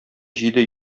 җиде